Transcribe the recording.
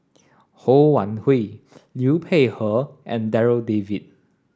Ho Wan Hui Liu Peihe and Darryl David